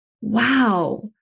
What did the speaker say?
wow